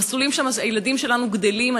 המסלולים שהילדים שלנו גדלים בהם,